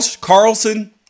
Carlson